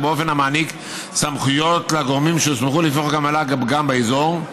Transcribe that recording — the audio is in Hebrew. באופן המעניק סמכויות לגורמים שהוסמכו לפי חוק המל"ג גם באזור.